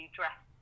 dress